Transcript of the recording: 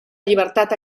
llibertat